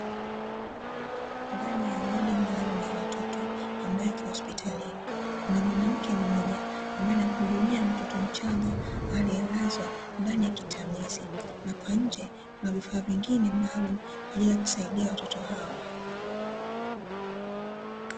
Ndani ya wodi maalumu ya watoto, ambayo iko hospitalini, kuna mwanamke mmoja ambaye anamhudumia mtoto mchanga aliyelazwa ndani ya kitamizi, na kwa nje kuna vifaa vingine maalumu kwa ajili ya kusaidia watoto hawa.